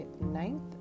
ninth